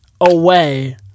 away